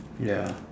ya